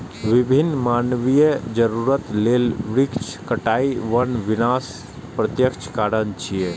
विभिन्न मानवीय जरूरत लेल वृक्षक कटाइ वन विनाशक प्रत्यक्ष कारण छियै